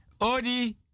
Odi